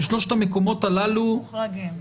ששלושת המקומות הללו מוחרגים.